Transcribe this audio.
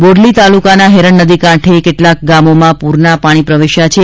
બોડલી તાલુકાના હેરણ નદી કાંઠે કેટલાંક ગામોમાં પૂરના પાણી પ્રવેશ્યા છે